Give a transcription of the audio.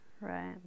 right